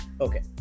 Okay